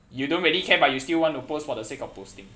you don't really care but you still want to post for the sake of posting